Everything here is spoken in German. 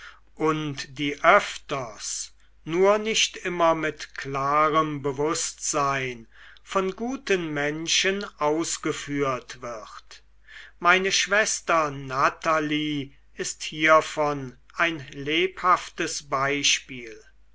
und die öfters nur nicht immer mit klarem bewußtsein von guten menschen ausgeführt wird meine schwester natalie ist hiervon ein lebhaftes beispiel